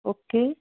okay